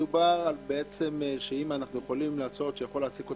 בעצם, מדובר על מצב שבו הוא יכול להעסיק אותו